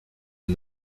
est